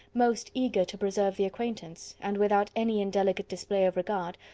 most eager to preserve the acquaintance, and without any indelicate display of regard,